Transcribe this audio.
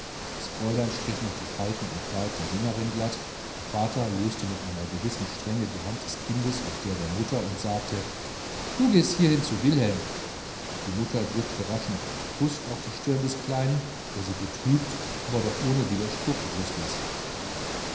das fräulein strich noch die falten am kleide der sängerin glatt der vater löste mit einer gewissen strenge die hand des kindes aus der der mutter und sagte du gehst hierhin zu wilhelm die mutter drückte rasch noch einen kuß auf die stirn des kleinen der sie betrübt aber doch ohne widerspruch losließ